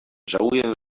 żałuję